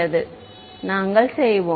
மாணவர் நாங்கள் செய்வோம்